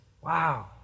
Wow